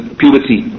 puberty